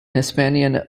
hispania